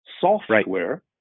software